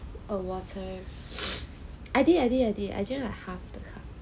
the water I did I did I did I drink like half the cup